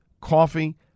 coffee